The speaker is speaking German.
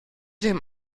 dem